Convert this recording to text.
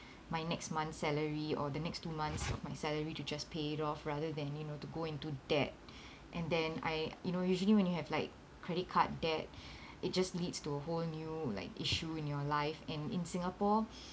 my next month salary or the next two months of my salary to just pay it off rather than you know to go into debt and then I you know usually when you have like credit card debt it just leads to a whole new like issue in your life and in singapore